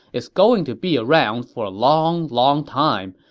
is going to be around for a long, long time,